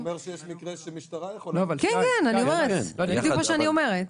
הוא אומר שיש מקרה שמשטרה יכולה --- זה בדיוק מה שאני אומרת.